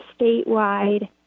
statewide